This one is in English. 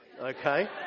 okay